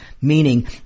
meaning